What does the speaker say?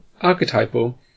archetypal